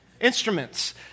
instruments